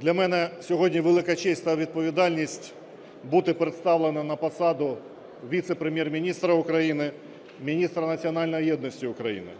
Для мене сьогодні велика честь та відповідальність бути представленим на посаду Віце-прем'єр-міністра України – Міністра національної єдності України.